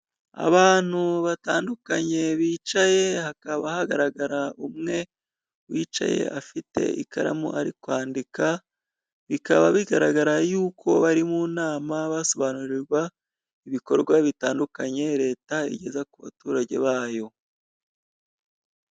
Abantu batandukanye bicaye, hakaba hagaragara umwe wicaye afite ikaramu, ari kwandika, bikaba bigaragara yuko bari mu nama, basobanurirwa ibikorwa bitandukanye leta igeza ku baturage bayo.